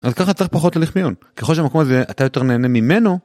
אבל ככה צריך פחות הליך מיון. ככל שהמקום הזה, אתה יותר נהנה ממנו.